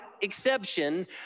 exception